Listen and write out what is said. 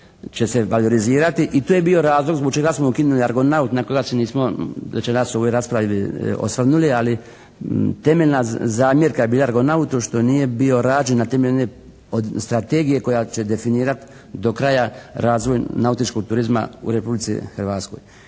će se valorizirati. I to je bio razlog zbog čega smo ukinuli Argonaut na koga se nismo večeras u ovoj raspravi osvrnuli. Ali temeljna zamjerka je bila Argonautu što nije bila rađen na temelju strategije koja će definirati do kraja razvoj nautičkog turizma u Republici Hrvatskoj.